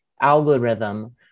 algorithm